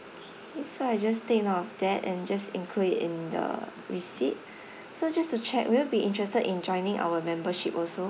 K so I just take note of that and just include it in the receipt so just to check will you be interested in joining our membership also